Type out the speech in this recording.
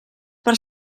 per